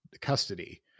custody